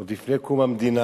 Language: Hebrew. עוד לפני קום המדינה,